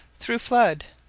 through flood,